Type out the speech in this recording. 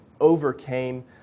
overcame